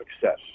success